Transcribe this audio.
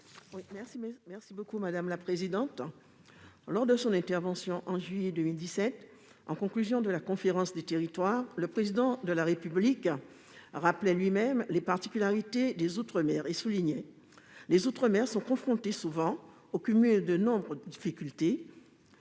Mme Victoire Jasmin. Lors de son intervention en juillet 2017 en conclusion de la conférence des territoires, le Président de la République rappelait les particularités des outre-mer et soulignait :« les outre-mer sont confrontés souvent au cumul de nombre de difficultés